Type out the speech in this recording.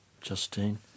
Justine